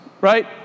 right